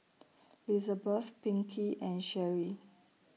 Lizabeth Pinkey and Sherri